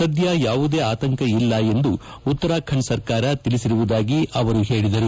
ಸದ್ಯ ಯಾವುದೇ ಆತಂಕ ಇಲ್ಲ ಎಂದು ಉತ್ತರಾಖಂಡ್ ಸರ್ಕಾರ ತಿಳಿಸಿದೆ ಎಂದು ಅವರು ಹೇಳಿದರು